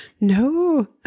No